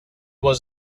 was